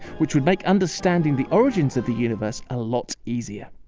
which would make understanding the origins of the universe a lot easier.